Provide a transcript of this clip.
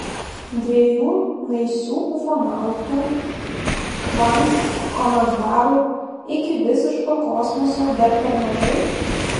dviejų naisių ufonautų kvankt komentarų iki visiško kosmoso dar per mažai